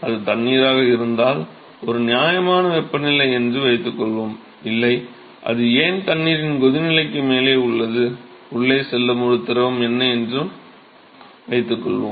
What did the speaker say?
அது தண்ணீராக இருந்தால் அது ஒரு நியாயமான வெப்பநிலை என்று வைத்துக்கொள்வோம் இல்லை அது ஏன் தண்ணீரின் கொதிநிலைக்கு மேலே உள்ளது உள்ளே செல்லும் ஒரு திரவம் தண்ணீர் என்று வைத்துக்கொள்வோம்